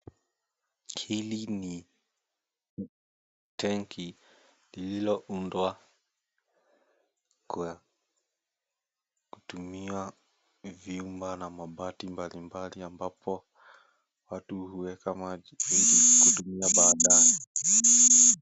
Hili ni tenki lililoundwa kwa kutumia vyuma na mabati mbalimbali ambapo watu huweka maji ili kutumia baadaye.